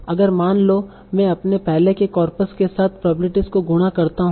अगर मान लो मैं अपने पहले के कॉर्पस के साथ प्रोबेब्लिटीस को गुणा करता हूं